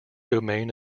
domain